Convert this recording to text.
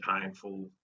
painful